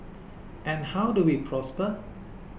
and how do we prosper